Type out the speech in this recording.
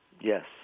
Yes